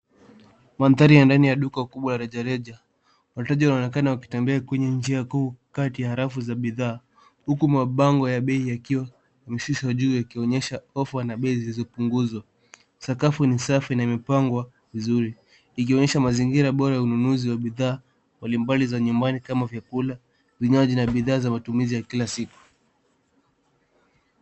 Mandari ya ndani ya duka kubwa ya bidhaa rejareja. Wateja wanonekana wakitembea kwenye njia kuu kati ya rafu za bidhaa huku mabango ya bei yakiwa yameshushwa juu yakionyesha bei na offer zilizopunguzwa. Sakafu ni safi na imepangwa vizuri ikionyesha mazingira bora ya ununuzi wa bidhaa mbalimbali za nyumbani kama vyakula, vinywaji na bidhaa za matumizi ya kila siku.